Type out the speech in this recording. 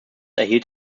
erhielt